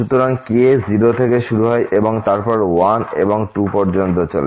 সুতরাংএই k 0 থেকে শুরু হয় এবং তারপর 1 এবং 2 পর্যন্ত চলে